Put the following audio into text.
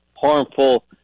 harmful